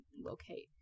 locate